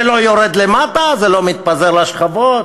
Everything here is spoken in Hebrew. זה לא יורד למטה, זה לא מתפזר לשכבות.